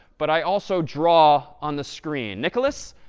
but i also draw on the screen? nicholas,